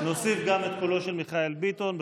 נוסיף גם את קולו של מיכאל ביטון.